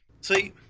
See